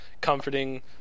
comforting